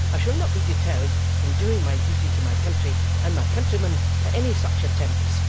i shall not be deterred from doing my duty to my country and my countrymen, by any such attempts,